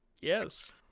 Yes